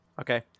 Okay